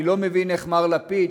אני לא מבין איך מר לפיד,